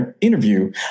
interview